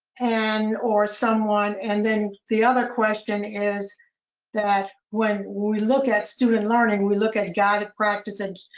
and or someone. and then the other question is that when we look at student learning, we look at guided practice and,